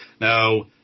Now